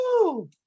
Woo